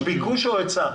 יש ביקוש או היצע?